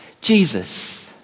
Jesus